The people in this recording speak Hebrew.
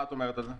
מה את אומרת על זה?